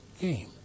game